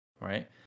right